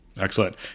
Excellent